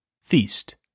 Feast